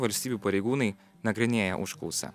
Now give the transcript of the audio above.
valstijų pareigūnai nagrinėja užklausą